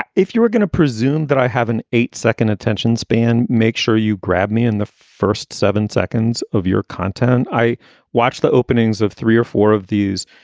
if you were going to presume that i have an eight second attention span, make sure you grab me in the first seven seconds of your content. i watch the openings of three or four of these.